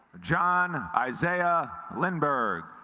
john isaiah lindbergh